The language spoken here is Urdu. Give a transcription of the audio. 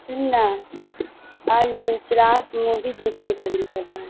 سن نا آج مجھے کلاس مووی دیکھنے تدل کر رہا ہے